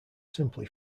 simply